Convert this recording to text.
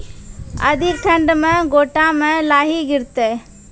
अधिक ठंड मे गोटा मे लाही गिरते?